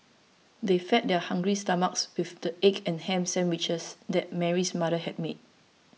they fed their hungry stomachs with the egg and ham sandwiches that Mary's mother had made